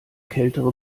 kältere